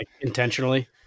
intentionally